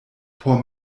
por